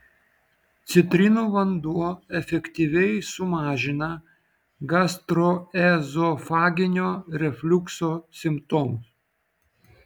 citrinų vanduo efektyviai sumažina gastroezofaginio refliukso simptomus